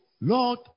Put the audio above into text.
Lord